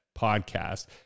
podcast